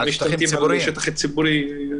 על שטחים ציבוריים,